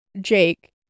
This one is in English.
Jake